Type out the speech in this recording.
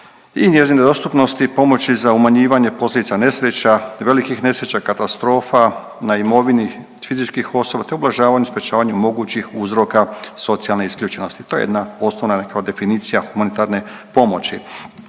i njezinoj dostupnosti, pomoći za umanjivanje posljedica nesreća, velikih nesreća, katastrofa na imovini fizičkim osoba, te ublažavanju i sprječavanju mogućih uzroka socijalne isključenosti, to je jedna osnovna kao definicija humanitarne pomoći.